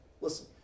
listen